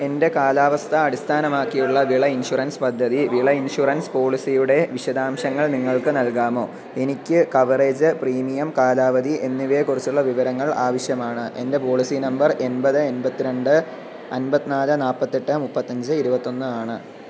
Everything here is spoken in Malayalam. എൻ്റെ കാലാവസ്ഥ അടിസ്ഥാനമാക്കിയുള്ള വിള ഇൻഷുറൻസ് പദ്ധതി വിള ഇൻഷുറൻസ് പോളിസിയുടെ വിശദാംശങ്ങൾ നിങ്ങൾക്ക് നൽകാമോ എനിക്ക് കവറേജ് പ്രീമിയം കാലാവധി എന്നിവയെ കുറിച്ചുള്ള വിവരങ്ങൾ ആവശ്യമാണ് എൻ്റെ പോളിസി നമ്പർ എൺപത് എൺപത്തിരണ്ട് അൻപത്തിനാല് നാല്പത്തെട്ട് മുപ്പത്തഞ്ച് ഇരുപത്തൊന്ന് ആണ്